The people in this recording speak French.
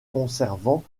conservant